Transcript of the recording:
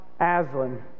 Aslan